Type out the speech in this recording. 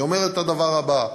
אני אומר את הדבר הבא: